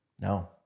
No